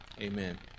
Amen